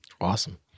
Awesome